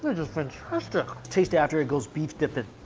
ah just fantastic! taste after it goes beef dipping.